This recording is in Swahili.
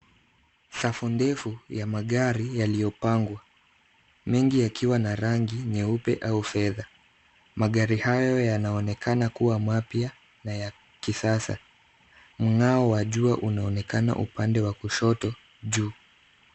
Safu ndefu ya magari yaliyopangwa. Mengi yakiwa na rangi nyeupe au fedha. Magari hayo yanaonekana kuwa mapya na ya kisasa. Mng'ao wa jua unaonekana upande wa kushoto juu.